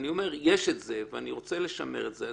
יש את זה ואני רוצה לשמר את זה,